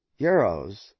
euros